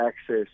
access